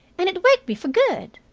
and it waked me for good.